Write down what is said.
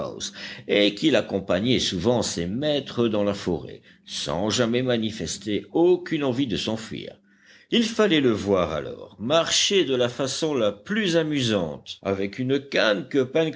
granite house et qu'il accompagnait souvent ses maîtres dans la forêt sans jamais manifester aucune envie de s'enfuir il fallait le voir alors marcher de la façon la plus amusante avec une canne que